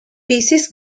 pieces